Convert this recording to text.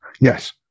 Yes